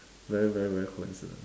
very very very coincident